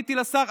פניתי לשר,